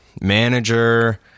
manager